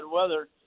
weather